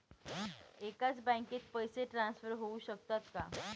एकाच बँकेत पैसे ट्रान्सफर होऊ शकतात का?